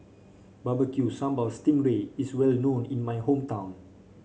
Barbecue Sambal Sting Ray is well known in my hometown